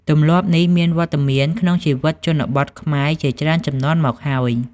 ទម្លាប់នេះមានវត្តមានក្នុងជីវិតជនបទខ្មែរជាច្រើនជំនាន់មកហើយ។